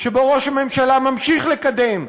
שבו ראש הממשלה ממשיך לקדם,